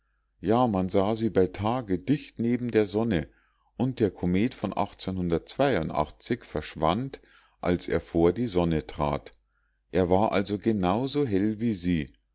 ja man sah sie bei tage dicht neben der sonne und der komet von verschwand als er vor die sonne trat er war also genau so hell wie sie